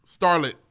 Starlet